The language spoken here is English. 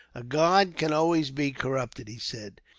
a guard can always be corrupted, he said.